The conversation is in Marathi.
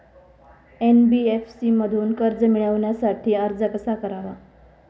एन.बी.एफ.सी मधून कर्ज मिळवण्यासाठी अर्ज कसा करावा?